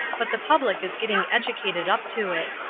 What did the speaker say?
but the public is getting educated up to it.